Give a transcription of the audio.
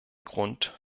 grund